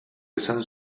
esan